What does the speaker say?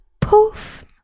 poof